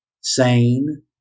sane